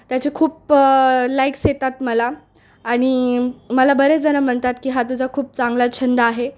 त्याचे खूप लाईक्स येतात मला आणि मला बरेच जणं म्हणतात की हा तुझा खूप चांगला छंद आहे